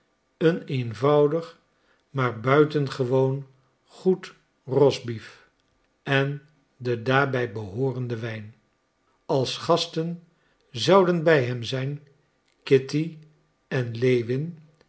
een eenvoudig maar buitengewoon goed roastbeef en de daarbij behoorende wijn als gasten zouden bij hem zijn kitty en lewin